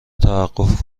توقف